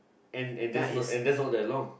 and and there's no and there's no that long